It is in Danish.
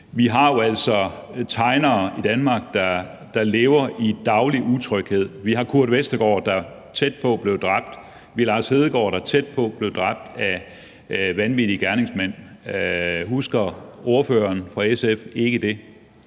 altså tegnere i Danmark, der lever i daglig utryghed. Vi har Kurt Vestergaard, der var tæt på at blive dræbt. Vi har Lars Hedegaard, der var tæt på at blive dræbt af vanvittige gerningsmænd. Husker ordføreren for SF ikke det?